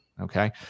Okay